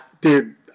dude